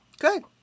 Good